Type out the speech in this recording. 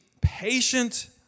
patient